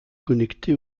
connectée